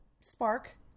spark